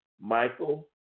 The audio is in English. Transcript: Michael